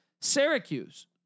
Syracuse